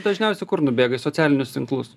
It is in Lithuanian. dažniausiai kur nubėga į socialinius tinklus